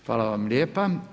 Hvala vam lijepa.